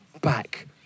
back